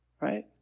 right